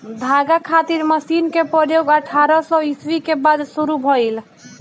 धागा खातिर मशीन क प्रयोग अठारह सौ ईस्वी के बाद शुरू भइल